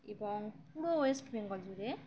এবং পুরো West Bengal জুড়ে